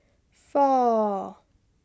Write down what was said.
four